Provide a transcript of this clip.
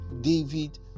David